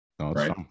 Right